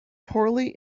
poorly